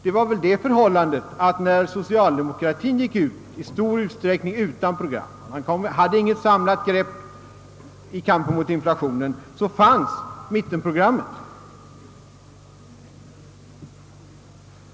Förhållandet är i stället det, att medan socialdemokratien gick ut utan program — man hade inget samlat grepp i kampen mot inflationen — så fanns mittenprogrammet.